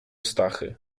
stachy